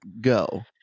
go